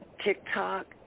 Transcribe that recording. TikTok